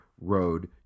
road